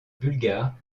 bulgare